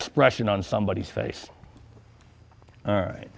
expression on somebody's face all right